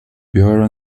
pure